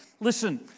Listen